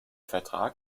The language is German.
vertrag